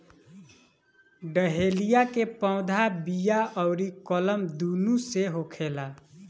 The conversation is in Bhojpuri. डहेलिया के पौधा बिया अउरी कलम दूनो से होखेला